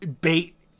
bait